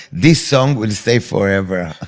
this song will stay forever,